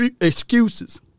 excuses